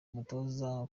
umutoza